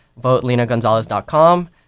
votelinagonzalez.com